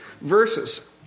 verses